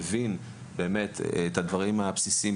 מבין את הדברים הבסיסיים,